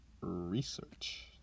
research